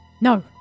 No